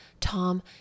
Tom